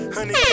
Honey